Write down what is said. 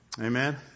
Amen